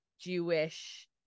Jewish